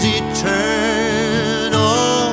eternal